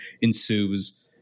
ensues